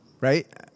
right